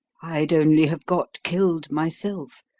i'd only have got killed myself,